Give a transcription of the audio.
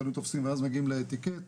קודם תופסים ואז מגיעים לאטיקט,